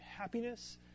happiness